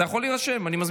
אתה מייד תירשם.